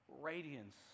radiance